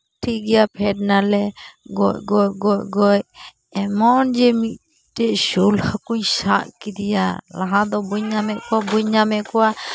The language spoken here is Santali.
ᱴᱷᱤᱠ ᱜᱮᱭᱟ ᱯᱷᱮᱰᱱᱟᱞᱮ ᱜᱚᱡ ᱜᱚᱡ ᱜᱚᱡ ᱜᱚᱡ ᱮᱢᱚᱱ ᱡᱮ ᱢᱤᱫᱴᱮᱡ ᱥᱳᱞ ᱦᱟᱹᱠᱩᱧ ᱥᱟᱵ ᱠᱮᱫᱮᱭᱟ ᱞᱟᱦᱟ ᱫᱚ ᱵᱟᱹᱧ ᱧᱟᱢᱮᱫ ᱠᱚᱣᱟ ᱟᱹᱧ ᱧᱟᱢᱮᱫ ᱠᱚᱣᱟ